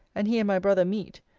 and he and my brother meet,